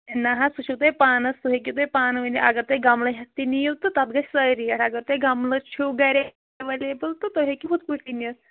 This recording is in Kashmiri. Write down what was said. نہَ حظ سُہ چھُو تۅہہِ پانَس سٍتۍ سُہ ہیٚکِو تُہۍ پانے وۅنۍ اگر تُہۍ گَملہٕ ہیٚتھ تہِ نِیِو تہٕ تَتھ گَژھِ سۅے ریٚٹ اگر تُہۍ گَملہٕ چھِو گَرے ایویلیبٕل تہٕ تُہۍ ہیٚکِوٕ یِتھٕ پٲٹھۍ تہِ نِتھ